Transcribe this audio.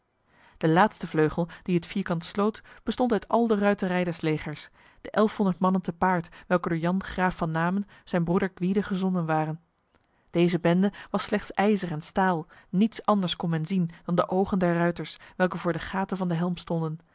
de laatste vleugel die het vierkant sloot bestond uit al de ruiterij des legers de elfhonderd mannen te paard welke door jan graaf van namen zijn broeder gwyde gezonden waren deze bende was slechts ijzer en staal niets anders kon men zien dan de ogen der ruiters welke voor de gaten van de helm stonden